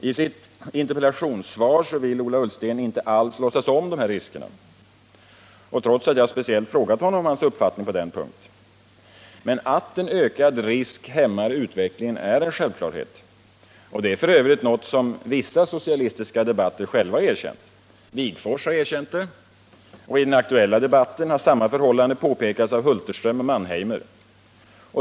I sitt interpellationssvar vill Ola Ullstens inte alls låtsas om dessa risker, trots att jag speciellt frågat honom om hans uppfattning på denna punkt. Men att en ökad risk hämmar utvecklingen är en självklarhet. Det är f. ö. något som vissa socialistiska debattörer själva har erkänt. Wigforss har erkänt det. I den aktuella debatten har samma förhållande påpekats av Hulterström och Mannheimer.